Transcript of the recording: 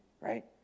Right